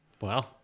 Wow